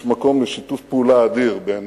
יש מקום לשיתוף פעולה אדיר בין